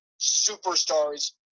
superstars